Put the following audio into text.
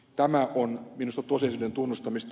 tämä on minusta tosiasioiden tunnustamista